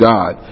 God